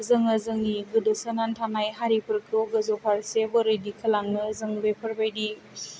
जोङो जोंनि गोदोसोनानै थानाइ हारिफोरखौ गोजौ फारसे बोरै दिखोलांनो जों बेफोरबायदि